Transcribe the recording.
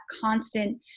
constant